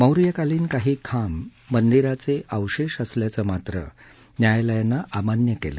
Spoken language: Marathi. मौर्यकालीन काही खांब मंदिराचे अवशेष असल्याचं मात्र न्यायालयानं अमान्य केलं